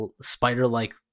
spider-like